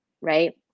right